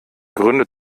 gründet